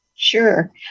Sure